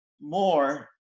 more